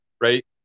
Right